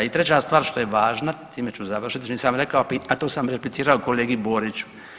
I treća stvar što je važna, time ću završiti, što nisam rekao a tu sam replicirao kolegi Boriću.